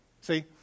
See